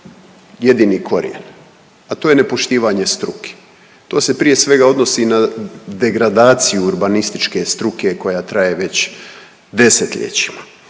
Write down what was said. jedini korijen, a to je nepoštivanje struke, to se prije svega odnosi na degradaciju urbanističke struke koja traje već desetljećima,